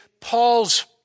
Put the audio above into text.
Paul's